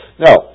Now